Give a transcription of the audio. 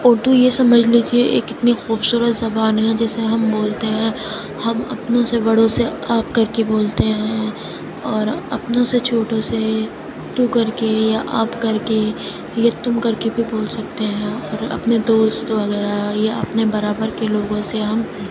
اردو یہ سمجھ لیجیے ایک اتنی خوبصورت زبان ہے جسے ہم بولتے ہیں ہم اپنوں سے بڑوں سے آپ کر کے بولتے ہیں اور اپنوں سے چھوٹوں سے تو کر کے یا آپ کر کے یا تم کر کے بھی بول سکتے ہیں اور اپنے دوست وغیرہ یا اپنے برابر کے لوگوں سے ہم